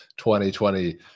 2020